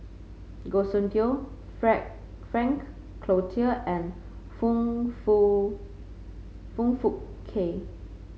Goh Soon Tioe Frank Cloutier and Foong Fook Foong Fook Kay